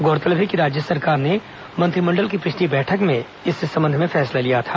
गौरतलब है कि राज्य सरकार ने मंत्रिमंडल की पिछली बैठक में इस संबंध में फैसला लिया था